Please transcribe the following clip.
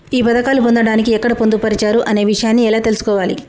ఈ పథకాలు పొందడానికి ఎక్కడ పొందుపరిచారు అనే విషయాన్ని ఎలా తెలుసుకోవాలి?